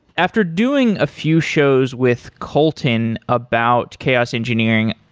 after doing a few shows with colton about chaos engineering,